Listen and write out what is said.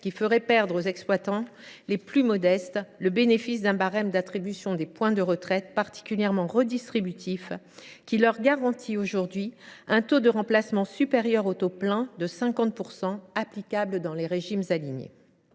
qui ferait perdre aux exploitants les plus modestes le bénéfice d’un barème d’attribution des points de retraite particulièrement redistributif, qui leur garantit aujourd’hui un taux de remplacement supérieur au taux plein de 50 % applicable dans les régimes alignés.